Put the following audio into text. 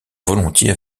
volontiers